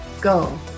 go